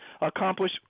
accomplish